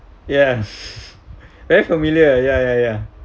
yes very familiar ya ya ya